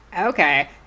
Okay